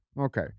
Okay